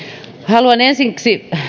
haluan ensiksi